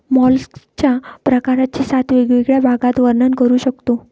मॉलस्कच्या प्रकारांचे सात वेगवेगळ्या भागात वर्णन करू शकतो